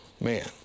Man